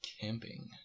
Camping